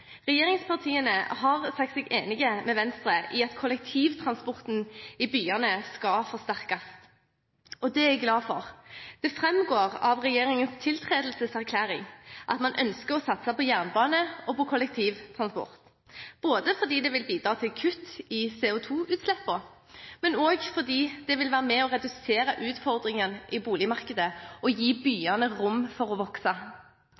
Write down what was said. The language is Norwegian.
Regjeringspartiene har sagt seg enig med Venstre i at kollektivtransporten i byene skal forsterkes, og det er jeg glad for. Det framgår av regjeringens tiltredelseserklæring at man ønsker å satse på jernbane og kollektivtransport, både fordi det vil bidra til kutt i CO2-utslippene, og fordi det ville være med å redusere utfordringene i boligmarkedet og gi byene rom til å vokse.